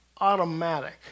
automatic